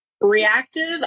reactive